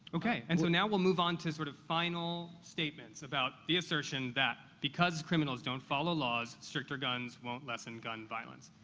okay. and so now we'll move on to sort of final statements about the assertion that because criminals don't follow laws, stricter guns won't lessen gun violence.